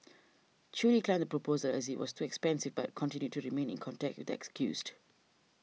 Chew declined the proposal as it was too expensive but continued to remain in contact with the excused